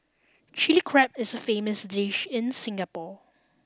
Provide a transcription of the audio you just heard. Chilli Crab is a famous dish in Singapore